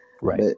Right